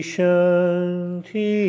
Shanti